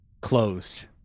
closed